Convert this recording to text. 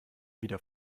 wieder